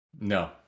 No